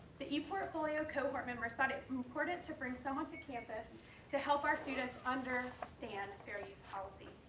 the eportfolio cohort members thought it important to bring someone to campus to help our students understand fair use policy.